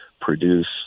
produce